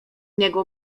niego